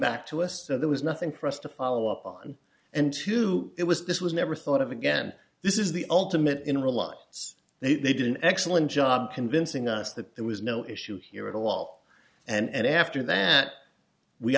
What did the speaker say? back to us so there was nothing for us to follow up on and two it was this was never thought of again this is the ultimate in reluctance they did an excellent job convincing us that there was no issue here in the law and after that we